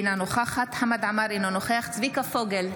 אינה נוכחת חמד עמאר, אינו נוכח צביקה פוגל,